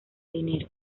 dinero